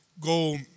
go